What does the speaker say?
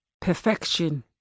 perfection